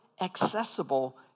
accessible